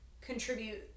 contribute